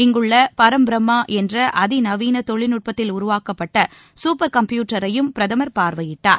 இங்குள்ள பரம்பிரம்மா என்ற அதிநவீன தொழில்நுட்பத்தில் உருவாக்கப்பட்ட சூப்பர் கம்ப்யூட்டரையும் பிரதமர் பார்வையிட்டார்